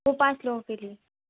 وہ پانچ لوگوں کے لیے